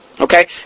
Okay